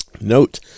Note